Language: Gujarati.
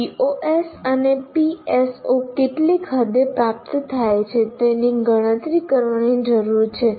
POs અને PSO કેટલી હદે પ્રાપ્ત થાય છે તેની ગણતરી કરવાની જરૂર છે